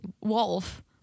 Wolf